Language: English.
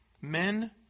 Men